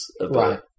Right